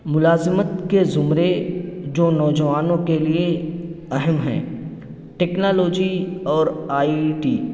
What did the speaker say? ملازمت کے زمرے جو نوجوانوں کے لیے اہم ہیں ٹیکنالوجی اور آئی ٹی